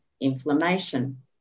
inflammation